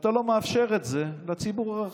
ואתה לא מאפשר את זה לציבור הרחב.